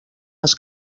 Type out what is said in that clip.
les